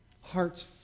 hearts